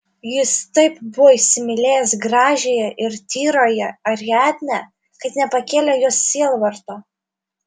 jis taip buvo įsimylėjęs gražiąją ir tyrąją ariadnę kad nepakėlė jos sielvarto